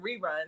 Reruns